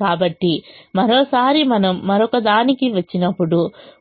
కాబట్టి మరోసారి మనము మరొకదానికి వచ్చినప్పుడు